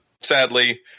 sadly